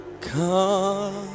come